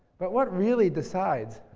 but what really decides?